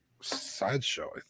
sideshow